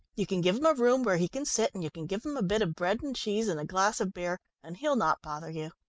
you can give him a room where he can sit, and you can give him a bit of bread and cheese, and a glass of beer, and he'll not bother you.